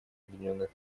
объединенных